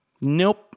Nope